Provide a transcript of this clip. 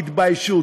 תתביישו.